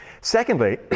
Secondly